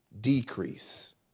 decrease